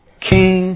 king